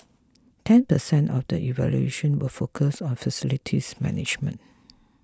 ten percent of the evaluation will focus on facilities management